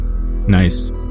Nice